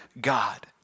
God